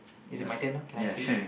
is it my turn now can I speak